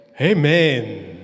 amen